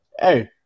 Hey